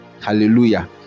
hallelujah